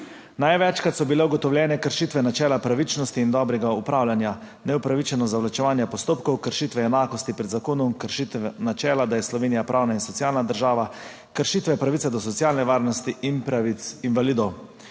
Največkrat so bile ugotovljene kršitve načela pravičnosti in dobrega upravljanja, neupravičeno zavlačevanja postopkov, kršitve enakosti pred zakonom, kršitve načela, da je Slovenija pravna in socialna država, kršitve pravice do socialne varnosti in pravic invalidov.